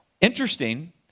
Interesting